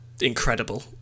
incredible